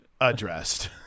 addressed